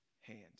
hand